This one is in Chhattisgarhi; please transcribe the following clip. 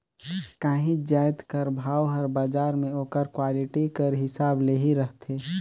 काहींच जाएत कर भाव हर बजार में ओकर क्वालिटी कर हिसाब ले ही रहथे